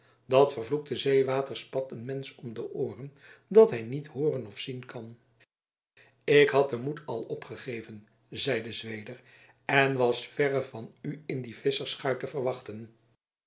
dat vervloekte zeewater spat een mensch om de ooren dat hij niet hooren of zien kan ik had den moed al opgegeven zeide zweder en was verre van u in die visschersschuit te verwachten